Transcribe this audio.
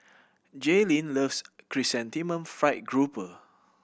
Jaylin loves Chrysanthemum Fried Grouper